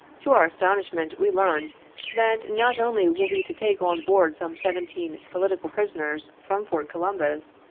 to our astonishment we learned that not only were we to take on board some seventeen political prisoners from fort columbus,